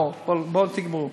בואו תגמרו.